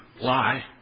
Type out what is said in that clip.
lie